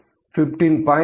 05